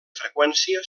freqüència